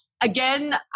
again